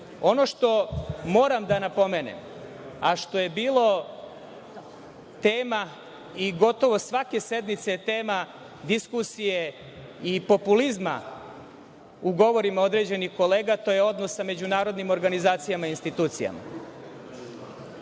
što moram da napomenem, a što je bilo tema i gotovo svake sednice je tema diskusije i populizma u govorima određenih kolega, to je odnos sa međunarodnim organizacijama i institucijama.